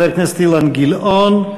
חבר הכנסת אילן גילאון,